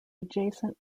adjacent